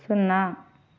సున్నా